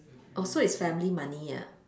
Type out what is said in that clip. oh so it's family money ah